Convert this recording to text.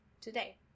today